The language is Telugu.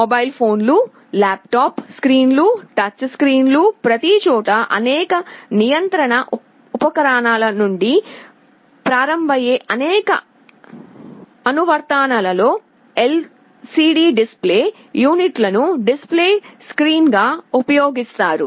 మొబైల్ ఫోన్లు ల్యాప్టాప్ స్క్రీన్లు టచ్ స్క్రీన్లు ప్రతిచోటా అనేక నియంత్రణ ఉపకరణాల నుండి ప్రారంభమయ్యే అనేక అనువర్తనాల్లో ఎల్సిడి డిస్ప్లే యూనిట్ లను డిస్ప్లే స్క్రీన్గా ఉపయోగిస్తారు